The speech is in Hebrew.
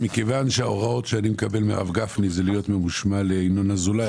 מכיוון שההוראות שאני מקבל מהרב גפני הן להיות ממושמע לינון אזולאי,